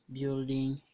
building